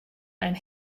and